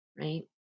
right